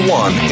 one